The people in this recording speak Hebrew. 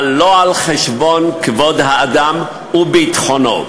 אבל לא על חשבון כבוד האדם וביטחונו.